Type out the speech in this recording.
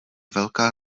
velká